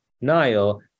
Nile